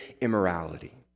immorality